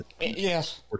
Yes